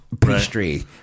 pastry